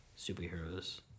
superheroes